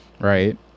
right